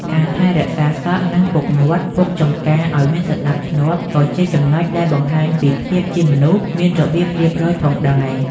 ការថែរក្សាសក់ និងពុកមាត់ពុកចង្កាឲ្យមានសណ្តាប់ធ្នាប់ ក៏ជាចំណុចដែលបង្ហាញពីភាពជាមនុស្សមានរបៀបរៀបរយផងដែរ។